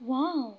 ୱାଃ